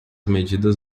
medidas